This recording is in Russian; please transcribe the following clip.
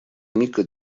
мика